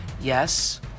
yes